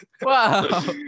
Wow